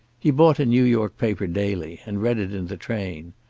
he bought a new york paper daily, and read it in the train.